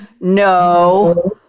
no